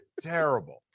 terrible